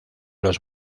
los